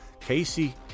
Casey